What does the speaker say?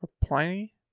Pliny